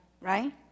Right